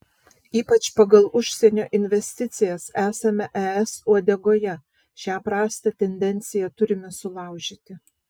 ypač pagal užsienio investicijas esame es uodegoje šią prastą tendenciją turime sulaužyti